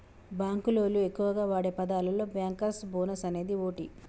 బాంకులోళ్లు ఎక్కువగా వాడే పదాలలో బ్యాంకర్స్ బోనస్ అనేది ఓటి